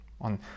on